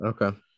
Okay